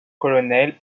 colonel